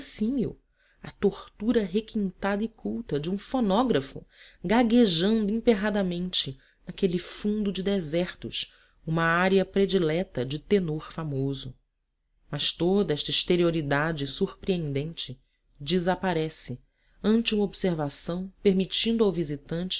inverossímil a tortura requintada e culta de um fonógrafo gaguejando emperradamente naquele fundo de desertos uma ária predileta de tenor famoso mas toda esta exterioridade surpreendente desaparece ante uma observação permitindo ao visitante